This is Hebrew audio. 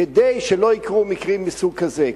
כדי שלא יקרו מקרים מסוג כזה.